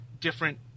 different